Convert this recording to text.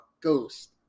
Ghost